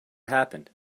happened